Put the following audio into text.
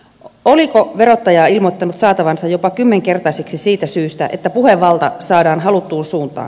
oliko verottaja ilmoittanut saatavansa jopa kymmenkertaisiksi siitä syystä että puhevalta saadaan haluttuun suuntaan